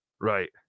right